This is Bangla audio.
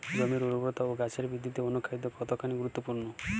জমির উর্বরতা ও গাছের বৃদ্ধিতে অনুখাদ্য কতখানি গুরুত্বপূর্ণ?